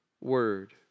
word